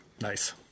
Nice